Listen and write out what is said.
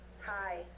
Hi